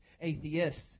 atheists